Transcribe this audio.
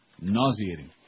Nauseating